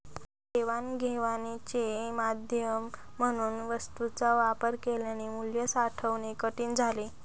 देवाणघेवाणीचे माध्यम म्हणून वस्तूंचा वापर केल्याने मूल्य साठवणे कठीण झाले